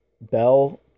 Bell